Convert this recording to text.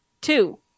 Two